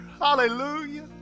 Hallelujah